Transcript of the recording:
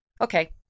Okay